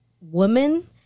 woman